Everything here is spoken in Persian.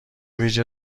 ویژه